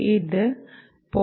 ഇത് 0